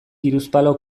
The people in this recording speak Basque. hiruzpalau